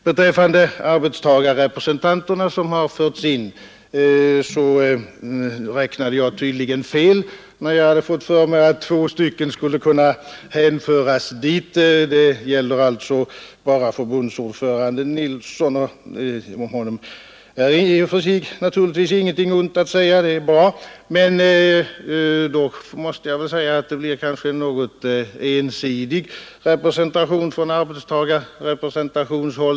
Beträffande arbetstagarrepresentanterna räknade jag tydligen fel, när jag hade fått för mig att två av beredningens ledamöter skulle kunna hänföras dit. Det gäller alltså bara förbundsordföranden Nilsson. Om honom är naturligtvis inget ont att säga, men jag måste framhålla att det blir en något ensidig representation från arbetstagarna.